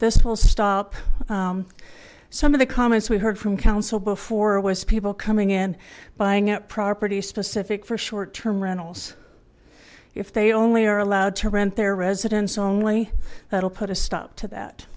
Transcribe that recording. this will stop some of the comments we heard from counsel before was people coming in buying up property specific for short term rentals if they only are allowed to rent their residents only that'll put a stop to that